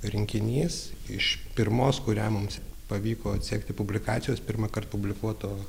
rinkinys iš pirmos kurią mums pavyko atsekti publikacijos pirmąkart publikuoto